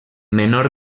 menor